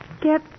Get